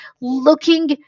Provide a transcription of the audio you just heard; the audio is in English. looking